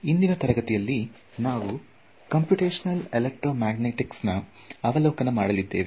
ಇಂದಿನ ತರಗತಿಯಲ್ಲಿ ನಾವು ಕಂಪ್ಯೂಟಿಷನಲ್ ಎಲೆಕ್ಟ್ರೋಮ್ಯಾಗ್ನೆಟಿಕ್ಸ್ ನ ಅವಲೋಕನ ಮಾಡಲಿದ್ದೇವೆ